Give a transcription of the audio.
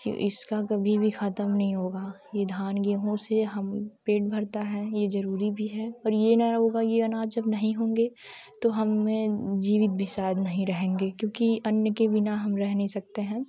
ये इसका कभी भी खत्म नहीं होगा ये धान गेहूँ से हम पेट भरता है ये जरुरी भी है और ये नहीं होगा ये अनाज जब नहीं होंगे तो हमें जीवित भी शायद नहीं रहेंगे क्योंकि अन्य के बिना हम रह नहीं सकते हैं